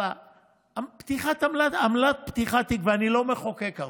אבל עמלת פתיחת תיק, ואני לא מחוקק הרבה.